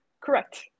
Correct